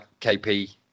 KP